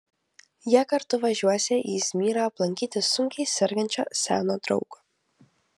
jie kartu važiuosią į izmyrą aplankyti sunkiai sergančio seno draugo